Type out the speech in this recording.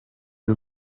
yıl